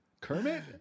Kermit